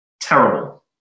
terrible